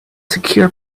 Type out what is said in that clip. secure